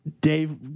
Dave